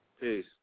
Peace